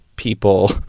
people